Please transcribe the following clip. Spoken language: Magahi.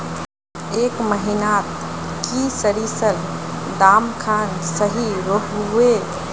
ए महीनात की सरिसर दाम खान सही रोहवे?